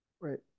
right